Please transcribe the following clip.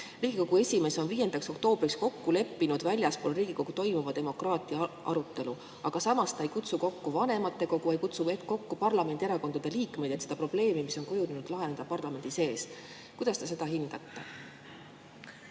Riigikogu esimees on 5. oktoobriks kokku leppinud väljaspool Riigikogu toimuva demokraatia arutelu, samas ta ei kutsu kokku vanematekogu, ei kutsu kokku parlamendierakondade liikmeid, et seda probleemi, mis on kujunenud, lahendada parlamendi sees. Kuidas te seda hindate?